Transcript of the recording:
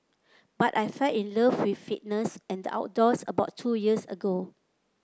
but I fell in love with fitness and the outdoors about two years ago